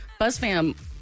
BuzzFam